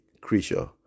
creature